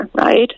right